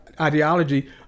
ideology